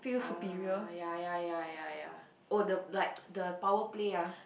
uh ya ya ya ya ya oh the like the power play ah